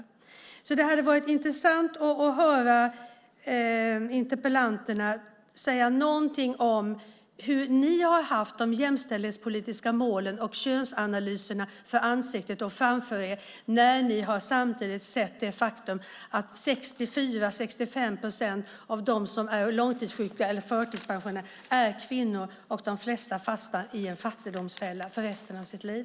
Det hade därför varit intressant att få höra interpellanterna säga någonting om på vilket sätt de har haft de jämställdhetspolitiska målen och könsanalyserna framför sig när de samtidigt har sett det faktum att 64-65 procent av dem som är långtidssjuka eller förtidspensionärer är kvinnor och att de flesta fastnar i ett fattigdomsfälla för resten av sitt liv.